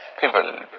People